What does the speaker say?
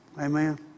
Amen